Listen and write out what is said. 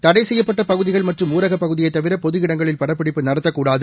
தடைசெய்யப்பட்டபகுதிகள் மற்றும் ஊரகப் பகுதியைதவிர பொது இடங்களில் படப்பிடிப்பு நடத்தக்கூடாது